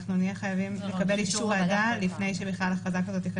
אנחנו נהיה חייבים לקבל אישור ועדה לפני שבכלל הכרזה כזאת תיכנס לתוקף.